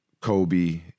Kobe